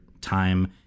time